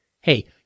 Hey